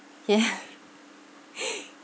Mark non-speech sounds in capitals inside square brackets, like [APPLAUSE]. ya [LAUGHS]